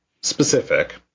specific